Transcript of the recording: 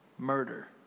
Murder